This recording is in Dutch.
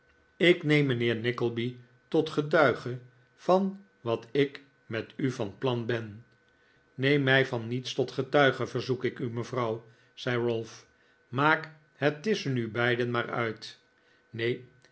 ik neem mijnheer nickleby tot getuige van wat ik met u van plan ben neem mij van niets tot getuige verzoek ik u mevrouw zei ralph maak het tusschen u beiden maar uit